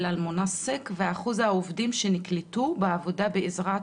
אלמונסק ואחוז העובדים שנקלטו בעבודה בעזרת